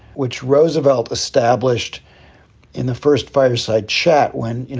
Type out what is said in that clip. which roosevelt established in the first fireside chat when, you know,